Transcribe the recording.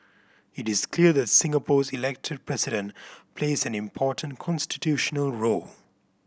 it is clear that Singapore's Elected President plays an important constitutional role